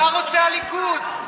מה רוצה הליכוד?